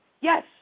Yes